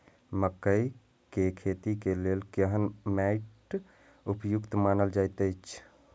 मकैय के खेती के लेल केहन मैट उपयुक्त मानल जाति अछि?